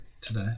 today